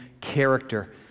character